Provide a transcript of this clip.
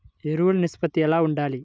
ఎరువులు నిష్పత్తి ఎలా ఉండాలి?